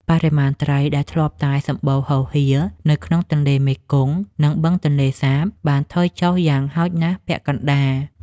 បរិមាណត្រីដែលធ្លាប់តែសម្បូរហូរហៀរនៅក្នុងទន្លេមេគង្គ និង បឹងទន្លេសាបបានថយចុះយ៉ាងហោចណាស់ពាក់កណ្តាល។